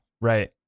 right